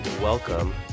Welcome